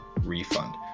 refund